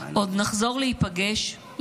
"עוד נחזור להיפגש,